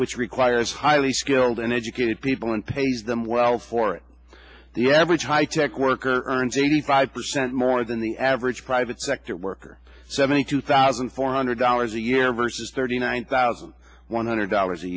which requires highly skilled and educated people and pays them well for it the average high tech worker earns eighty five percent more than the average private sector worker seventy two thousand four hundred dollars a year versus thirty nine thousand one hundred dollars a